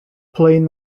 playing